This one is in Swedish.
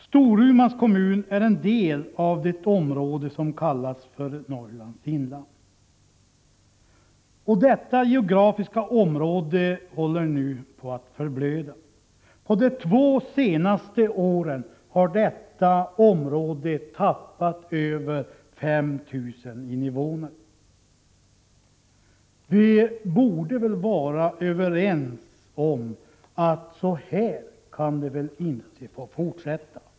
Storumans kommun är en del av det område som kallas för Norrlands inland. Detta geografiska område håller nu på att förblöda. På de två senaste åren har området tappat över 5 000 invånare. Vi borde väl vara överens om att så här kan det inte få fortsätta.